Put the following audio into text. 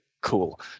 cool